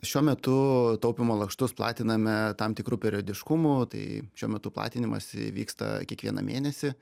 šiuo metu taupymo lakštus platiname tam tikru periodiškumu tai šiuo metu platinimas įvyksta kiekvieną mėnesį